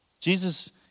Jesus